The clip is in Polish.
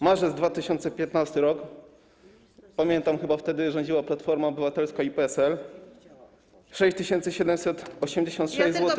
Marzec 2015 r. - pamiętam, chyba wtedy rządziła Platforma Obywatelska z PSL - 6786 zł.